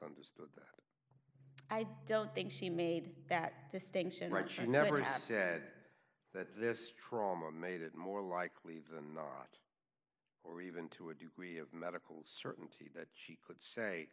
misunderstood i don't think she made that distinction right she never said that this trauma made it more likely than not or even to a degree of medical certainty that he could say